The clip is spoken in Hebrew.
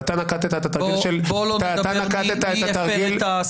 ואתה נקטת את התרגיל --- בואו לא נדבר מי הפר את ההסכמות.